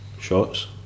shots